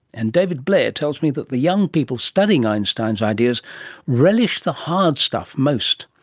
and david blair tells me that the young people studying einstein's ideas relish the hard stuff most.